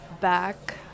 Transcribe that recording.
Back